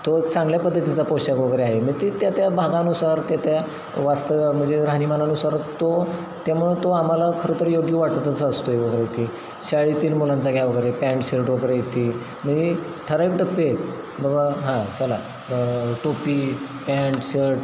तो एक चांगल्या पद्धतीचा पोशाख वगैरे आहे मी ती त्या त्या भागानुसार त्या त्या वास्तव म्हणजे राहणीमानानुसार तो त्यामुळं तो आम्हाला खरं तर योग्य वाटतच असतो आहे वगैरे ते शाळेतील मुलांचा घ्या वगैरे पॅन्ट शर्ट वगैरे येते म्हणजे ठरावीक टप्पे आहेत बाबा हां चला टोपी पॅन्ट शर्ट